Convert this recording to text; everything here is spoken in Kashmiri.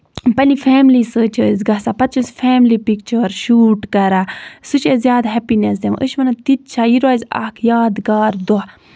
پَنٕنہِ فیملی سۭتی چھِ أسۍ گژھان پَتہٕ چھِ أسۍ فیملی پِکچٲرٕس شوٗٹ کران سُہ چھُ اَسہِ زیادٕ ہٮ۪پیٖنیس دِوان تِتہِ چھا یہِ روزِ اکھ یاد گار دۄہ